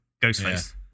Ghostface